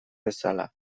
bezala